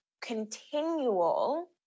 continual